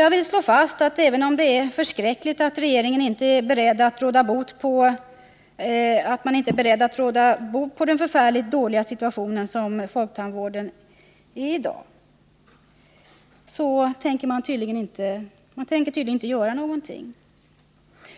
Jag vill slå fast att, även om det är förskräckligt att regeringen inte är beredd att råda bot på den förfärligt dåliga situation som folktandvården i dag befinner sig i, så tänker man tydligen inte göra någonting.